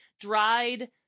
dried